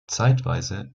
zeitweise